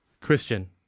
Christian